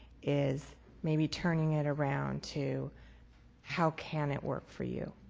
is maybe turning it around to how can it work for you.